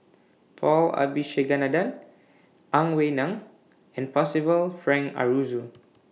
Paul Abisheganaden Ang Wei Neng and Percival Frank Aroozoo